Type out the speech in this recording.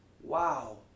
Wow